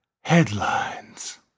headlines